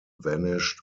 vanished